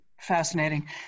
fascinating